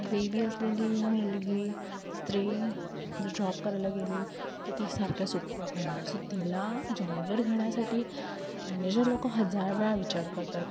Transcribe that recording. baby असलेली मुलगी स्त्री जर जॉब करायला गेली तर ती सारख्या सुट्ट्या घेणार सो तिला जॉबवर घेण्यासाठी मॅनेजर लोकं हजार वेळा विचार करतात